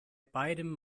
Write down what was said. beidem